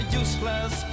useless